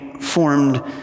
formed